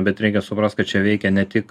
bet reikia suprast kad čia veikia ne tik